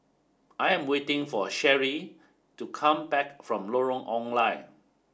I am waiting for Sherri to come back from Lorong Ong Lye